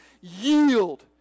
yield